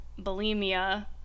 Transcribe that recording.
bulimia